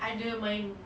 ada main